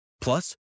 Plus